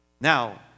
Now